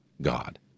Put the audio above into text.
God